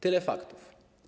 Tyle faktów.